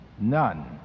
none